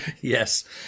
yes